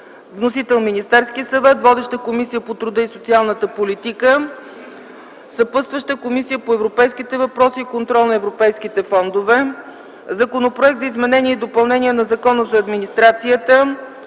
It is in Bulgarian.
Вносител е Министерският съвет. Водеща е Комисията по труда и социалната политика. Съпътстваща е Комисията по европейските въпроси и контрол на европейските фондове. Постъпил е Законопроект за изменение и допълнение на Закона за администрацията.